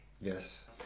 Yes